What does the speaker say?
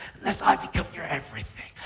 unless i become your everything.